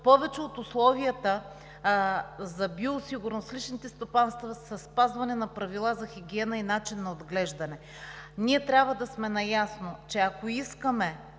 повече от условията за биосигурност в личните стопанства при спазване на правила за хигиена и начин на отглеждане. Ние трябва да сме наясно, че ако искаме,